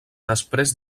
després